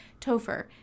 Topher